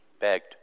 begged